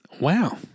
Wow